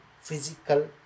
physical